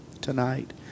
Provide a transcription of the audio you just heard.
tonight